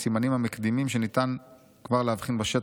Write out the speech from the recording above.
בסימנים המקדימים ניתן כבר להבחין בשטח.